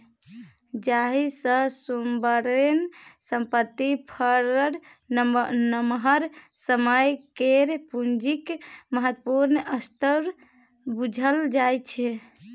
जाहि सँ सोवरेन संपत्ति फंड नमहर समय केर पुंजीक महत्वपूर्ण स्रोत बुझल जाइ छै